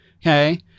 Okay